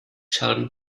sheldon